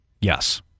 Yes